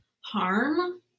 harm